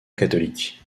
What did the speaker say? catholique